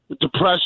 Depression